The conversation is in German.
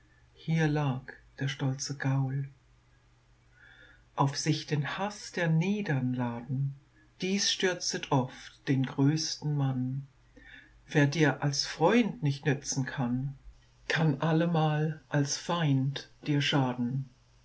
hier lag der stolze gaul auf sich den haß der niedern laden dies stürzet oft den größten mann wer dir als freund nicht nützen kann kann allemal als feind dir schaden